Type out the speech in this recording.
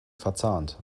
verzahnt